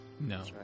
No